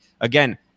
again